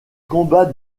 combats